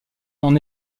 d’en